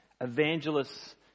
evangelists